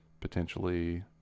Potentially